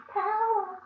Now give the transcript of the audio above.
power